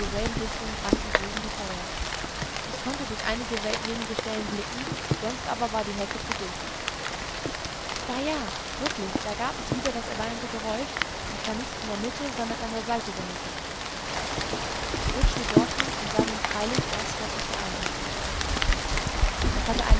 derselben richtung brannten drüben die feuer ich konnte durch einige wenige stellen blicken sonst aber war die hecke zu dicht da ja wirklich da gab es wieder das erwähnte geräusch und zwar nicht in der mitte sondern an der seite der hecke ich rutschte dorthin und sah nun freilich das was ich geahnt hatte es hatte